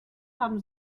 haben